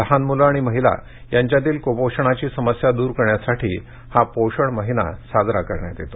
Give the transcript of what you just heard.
लहान मुलं आणि महिला यांच्यातील कुपोषणाची समस्या दूर करण्यासाठी हा पोषण महिना साजरा करण्यात येतो